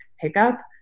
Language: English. pickup